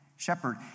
Shepherd